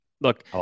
look